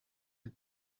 the